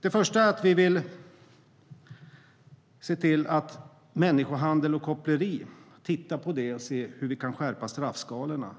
Det första handlar om människohandel och koppleri. Vi vill titta på det och se hur vi kan skärpa straffskalorna.